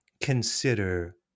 consider